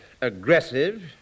Aggressive